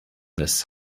this